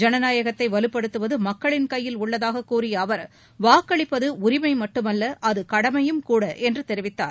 ஜனநாயகத்தை வலுப்படுத்துவது மக்களின் கையில் உள்ளதாக கூறிய அவர் வாக்களிப்பது உரிமை மட்டுமல்ல அது கடமையும் கூட என்றும் தெரிவித்தார்